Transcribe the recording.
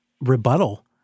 rebuttal